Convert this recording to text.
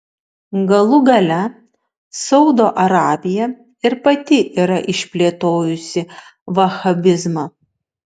galų gale saudo arabija ir pati yra išplėtojusi vahabizmą